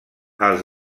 els